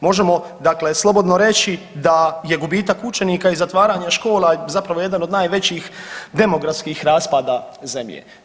Možemo dakle slobodno reći da je gubitak učenika i zatvaranje škola zapravo jedan od najvećih demografskih raspada zemlje.